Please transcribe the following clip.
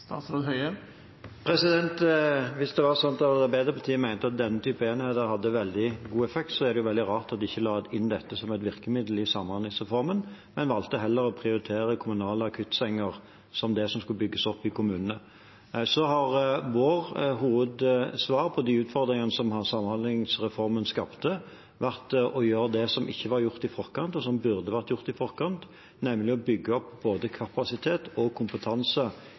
Hvis det var slik at Arbeiderpartiet mente at den typen enheter hadde veldig god effekt, er det veldig rart at de ikke la inn dette som et virkemiddel i samhandlingsreformen, men heller valgte å prioritere kommunale akuttsenger som det som skulle bygges opp i kommunene. Vårt hovedsvar på de utfordringene som samhandlingsreformen skapte, har vært å gjøre det som ikke var gjort i forkant, men som burde vært gjort i forkant, nemlig å bygge opp både kapasitet og kompetanse